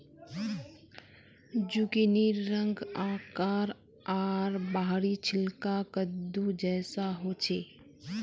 जुकिनीर रंग, आकार आर बाहरी छिलका कद्दू जैसा ह छे